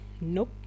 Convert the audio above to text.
nope